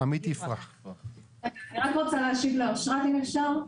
אני רק רוצה להשיב לאושרה, אם אפשר.